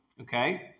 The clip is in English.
okay